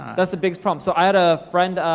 that's the biggest problem. so, i had a friend,